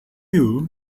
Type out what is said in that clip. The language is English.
you